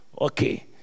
Okay